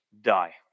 die